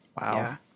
Wow